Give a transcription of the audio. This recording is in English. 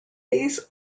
these